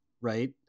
right